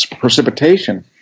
precipitation